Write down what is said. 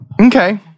Okay